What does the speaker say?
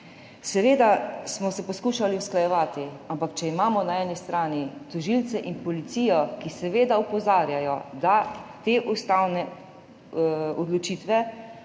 Seveda smo se poskušali usklajevati, ampak imamo na eni strani tožilce in policijo, ki seveda opozarjajo, da te ustavne odločitve,